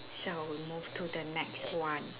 shall we move to the next one